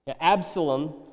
Absalom